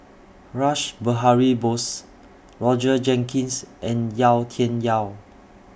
Rash Behari Bose Roger Jenkins and Yau Tian Yau